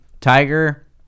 Tiger